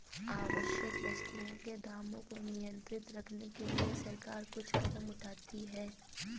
आवश्यक वस्तुओं के दामों को नियंत्रित रखने के लिए सरकार कुछ कदम उठाती है